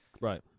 Right